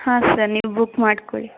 ಹಾಂ ಸರ್ ನೀವು ಬುಕ್ ಮಾಡ್ಕೊಳ್ಳಿ